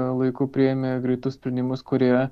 laiku priėmė greitus sprendimus kurie